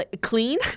clean